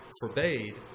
forbade